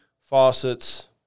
faucets